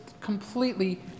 completely